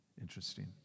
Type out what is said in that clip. Interesting